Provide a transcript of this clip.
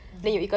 mm